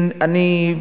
אני,